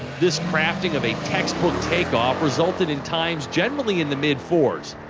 this crafting of a textbook take-off resulted in times generally in the mid four s,